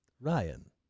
Ryan